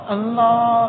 Allah